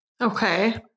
Okay